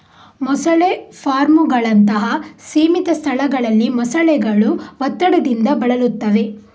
ಮೊಸಳೆ ಫಾರ್ಮುಗಳಂತಹ ಸೀಮಿತ ಸ್ಥಳಗಳಲ್ಲಿ ಮೊಸಳೆಗಳು ಒತ್ತಡದಿಂದ ಬಳಲುತ್ತವೆ